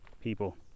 people